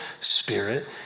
spirit